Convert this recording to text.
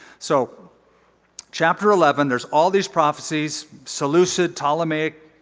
so chapter eleven, there's all these prophecies seleucid, ptolemaic